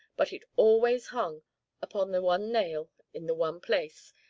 but it always hung upon the one nail in the one place,